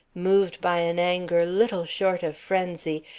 moved by an anger little short of frenzy,